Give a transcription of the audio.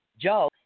Joe